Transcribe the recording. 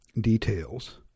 details